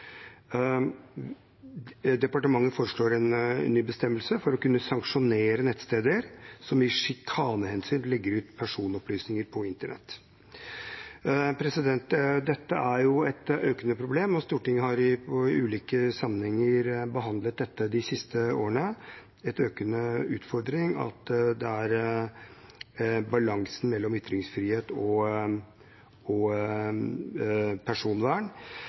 Departementet foreslår en ny bestemmelse for å kunne sanksjonere nettsteder som i sjikanehensikt legger ut personopplysninger på internett. Dette er et økende problem, og Stortinget har i ulike sammenhenger behandlet dette de siste årene. Det er en økende utfordring i balansen mellom ytringsfrihet og personvern.